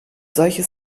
solche